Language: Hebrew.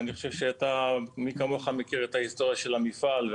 אני חושב שמי כמוך מכיר את ההיסטוריה של המפעל.